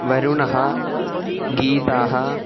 वरुणः गीता